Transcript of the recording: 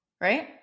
right